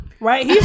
right